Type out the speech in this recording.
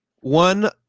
one